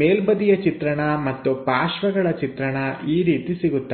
ಮೇಲ್ಬದಿಯ ಚಿತ್ರಣ ಮತ್ತು ಪಾರ್ಶ್ವಗಳ ಚಿತ್ರಣ ಈ ರೀತಿ ಸಿಗುತ್ತವೆ